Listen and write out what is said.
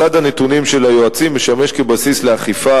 מסד הנתונים של היועצים משמש כבסיס לאכיפה